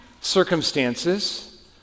circumstances